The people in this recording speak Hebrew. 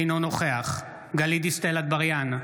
אינו נוכח גלית דיסטל אטבריאן,